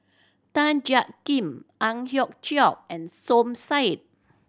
Tan Jiak Kim Ang Hiong Chiok and Som Said